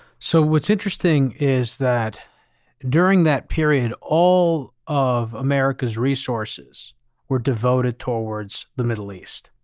so what's interesting is that during that period, all of america's resources were devoted towards the middle east.